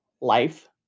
life